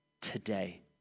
today